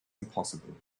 impossible